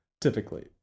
typically